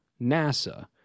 nasa